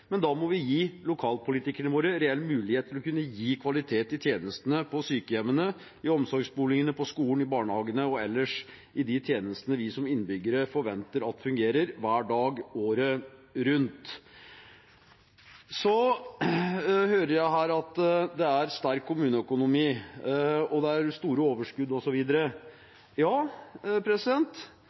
men da må vi gi lokalpolitikerne våre reell mulighet til å kunne gi kvalitet i tjenestene på sykehjemmene, i omsorgsboligen, på skolen, i barnehagene og ellers i de tjenestene vi som innbyggere forventer at fungerer hver dag året rundt. Jeg hører her at det er en sterk kommuneøkonomi og det er store overskudd,